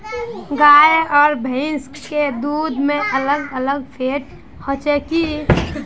गाय आर भैंस के दूध में अलग अलग फेट होचे की?